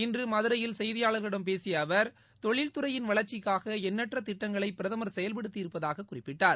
இன்று மதுரையில் செய்தியாளர்களிடம் பேசிய அவர் தொழில் துறையின் வளர்ச்சிக்காக எண்ணற்ற திட்டங்களை பிரதமர் செயல்படுத்தி இருப்பதாகக் குறிப்பிட்டார்